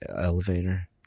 elevator